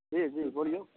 जी जी बोलियौ